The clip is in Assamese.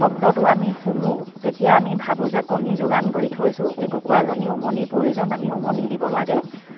শব্দটো আমি শুনো তেতিয়া আমি ভাবোঁ যে কণী যোগান কৰি থৈছোঁ এই কুকুৰাজনীৰ উমনিৰ প্ৰয়োজন আমি উমনি দিব লাগে